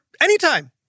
anytime